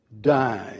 die